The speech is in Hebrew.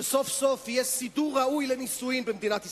שסוף-סוף יהיה סידור ראוי לנישואין במדינת ישראל.